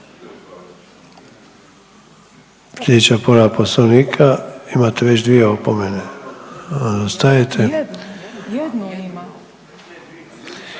Slijedeća povreda Poslovnika, imate već dvije opomene, stanite … …/Upadica